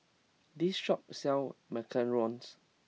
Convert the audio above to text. this shop sells Macarons